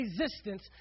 resistance